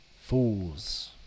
fools